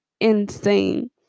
insane